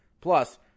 Plus